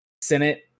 Senate